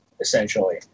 essentially